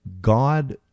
God